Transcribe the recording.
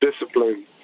Discipline